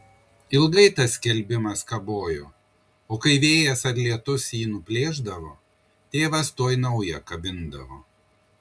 ilgai tas skelbimas kabojo o kai vėjas ar lietus jį nuplėšdavo tėvas tuoj naują kabindavo